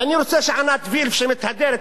ואני רוצה שעינת וילף שמתהדרת,